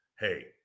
hey